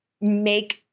make